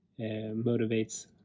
motivates